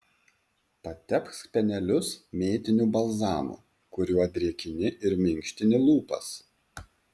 patepk spenelius mėtiniu balzamu kuriuo drėkini ir minkštini lūpas